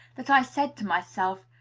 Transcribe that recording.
that i said to myself,